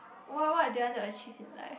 what what did you want to achieve in life